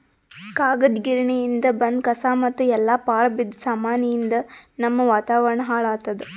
ಕಾಗದ್ ಗಿರಣಿಯಿಂದ್ ಬಂದ್ ಕಸಾ ಮತ್ತ್ ಎಲ್ಲಾ ಪಾಳ್ ಬಿದ್ದ ಸಾಮಾನಿಯಿಂದ್ ನಮ್ಮ್ ವಾತಾವರಣ್ ಹಾಳ್ ಆತ್ತದ